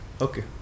Okay